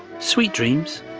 sweet dreams.